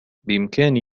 بإمكان